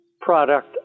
product